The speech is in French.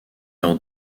leur